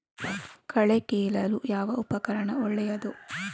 ಕಳೆ ಕೀಳಲು ಯಾವ ಉಪಕರಣ ಒಳ್ಳೆಯದು?